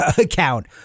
account